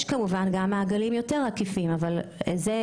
יש, כמובן, גם מעגלים עקיפים יותר אבל אלו